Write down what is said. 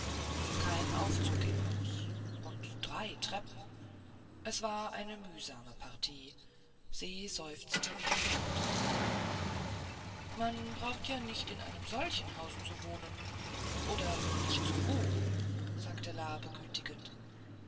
kein aufzug im haus und drei treppen es war eine mühsame partie se seufzte wiederholt man braucht ja nicht in einem solchen haus zu wohnen oder nicht so hoch sagte la begütigend